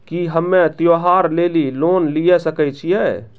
की हम्मय त्योहार लेली लोन लिये सकय छियै?